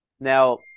Now